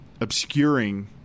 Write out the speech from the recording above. obscuring